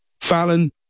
Fallon